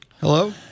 Hello